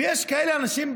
ויש כאלה אנשים,